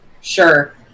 Sure